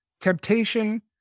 temptation